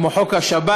כמו חוק השבת,